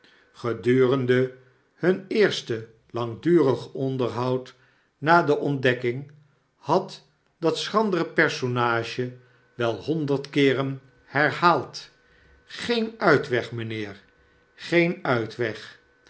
gedurende hun eerste langdurig onderhoud na de ontdekking had dat schrandere personage wel honderd keeren herhaald geen uitweg meneer geen uitweg